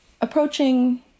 approaching